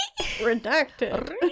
redacted